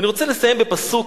ואני רוצה לסיים בפסוק,